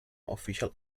official